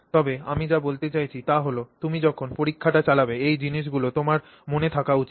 তবে আমি যা বলতে চাইছি তা হল তুমি যখন পরীক্ষাটি চালাবে এই জিনিসগুলি তোমার মনে থাকা উচিত